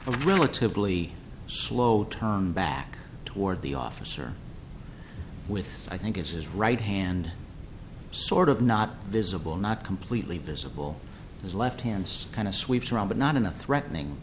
real relatively slow back toward the officer with i think it's his right hand sort of not visible not completely visible his left hand kind of sweeps around but not enough threatening